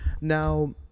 Now